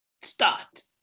start